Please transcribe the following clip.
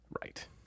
Right